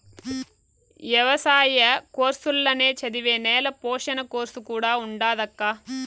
ఎవసాయ కోర్సుల్ల నే చదివే నేల పోషణ కోర్సు కూడా ఉండాదక్కా